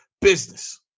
business